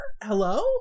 hello